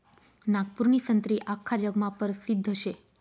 नागपूरनी संत्री आख्खा जगमा परसिद्ध शे